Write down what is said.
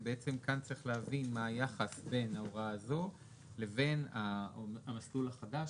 וכאן צריך להבין מה היחס בין ההוראה הזו לבין המסלול החדש,